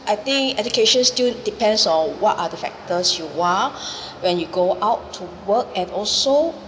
I think education still depends on what other factors you want when you go out to work and also